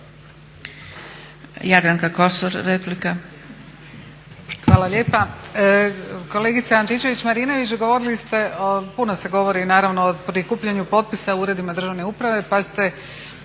Jadranka Kosor, replika.